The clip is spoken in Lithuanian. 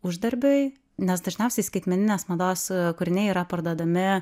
uždarbiui nes dažniausiai skaitmeninės mados kūriniai yra parduodami